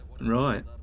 Right